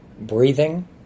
breathing